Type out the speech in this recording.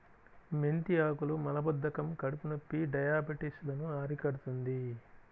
మెంతి ఆకులు మలబద్ధకం, కడుపునొప్పి, డయాబెటిస్ లను అరికడుతుంది